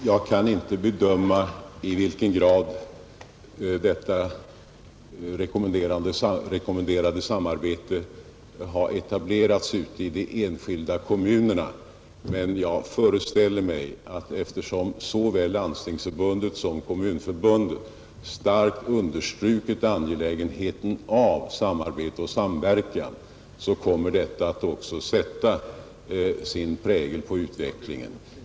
Herr talman! Jag kan inte bedöma i vilken grad detta rekommenderade samarbete har etablerats i de enskilda kommunerna, men jag föreställer mig att eftersom såväl Landstingsförbundet som Kommunförbundet starkt understrukit angelägenheten av samarbete och samverkan kommer detta också att sätta sin prägel på utvecklingen.